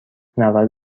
نود